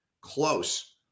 close